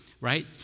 right